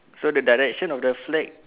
so the direction of the flag